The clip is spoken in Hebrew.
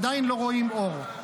עדיין לא רואים אור,